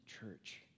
church